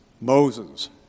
Moses